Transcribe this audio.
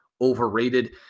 overrated